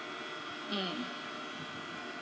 mm